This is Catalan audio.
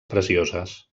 precioses